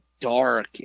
dark